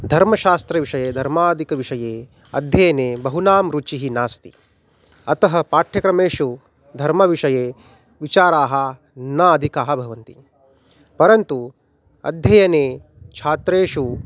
धर्मशास्त्रविषये धर्मादिकविषये अध्ययने बहुनां रुचिः नास्ति अतः पाठ्यक्रमेषु धर्मविषये विचाराः न अधिकः भवन्ति परन्तु अध्ययने छात्रेषु